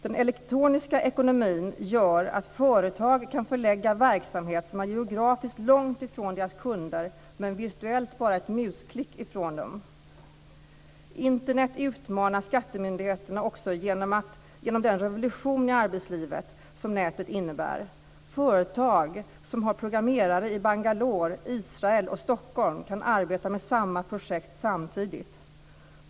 Den elektroniska ekonomin gör att företag kan förlägga verksamhet som geografiskt är långt från deras kunder men virtuellt bara ett musklick från dem. Internet utmanar skattemyndigheterna också genom den revolution i arbetslivet som nätet innebär. Företag som har programmerare i Bangalore, Israel och Stockholm kan arbeta med samma projekt samtidigt.